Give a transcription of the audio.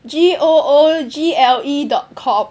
G O O G L E dot com